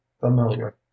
familiar